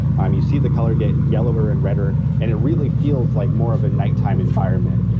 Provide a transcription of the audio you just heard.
um you see the color get yellower and redder, and it really feels like more of a nighttime environment.